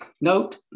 Note